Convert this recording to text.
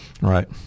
Right